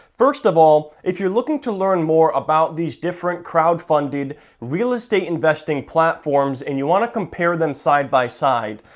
first of all, if you're looking to learn more about these different crowdfunded real estate investing platforms and you want to compare them side by side,